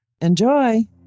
Enjoy